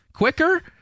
quicker